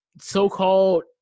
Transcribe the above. so-called